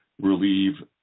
relieve